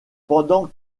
pendant